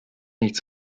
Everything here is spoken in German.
nichts